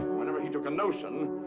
whenever he took a notion.